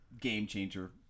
game-changer